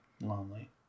Lonely